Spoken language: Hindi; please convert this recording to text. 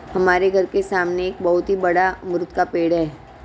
हमारे घर के सामने एक बहुत बड़ा अमरूद का पेड़ है